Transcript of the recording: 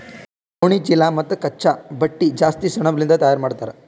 ಗೋಣಿಚೀಲಾ ಮತ್ತ್ ಕಚ್ಚಾ ಬಟ್ಟಿ ಜಾಸ್ತಿ ಸೆಣಬಲಿಂದ್ ತಯಾರ್ ಮಾಡ್ತರ್